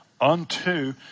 unto